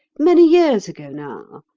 many years ago now,